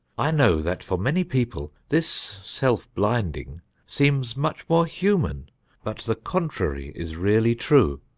i know that for many people this self-blinding seems much more human but the contrary is really true.